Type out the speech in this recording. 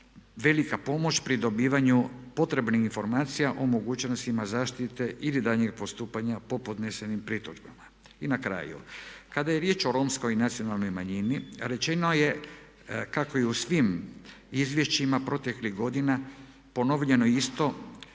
velika pomoć pri dobivanju potrebnih informacija o mogućnostima zaštite ili daljnjeg postupanja po podnesenim pritužbama. I na kraju, kada je riječ o romskoj nacionalnoj manjini rečeno je kako je u svim izvješćima proteklih godina ponovljeno isto,